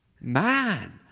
man